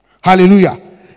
Hallelujah